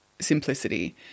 simplicity